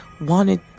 wanted